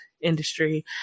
industry